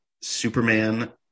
Superman